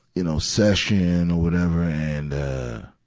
you know, session or whatever, and, ah,